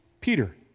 Peter